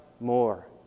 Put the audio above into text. more